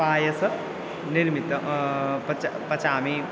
पायसं निर्मितं पच पचामि